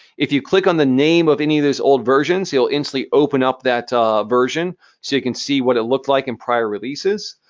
if you click on the name of any of these old versions, you'll instantly open up that version so you can see what it looks like in prior releases.